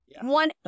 one